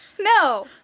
No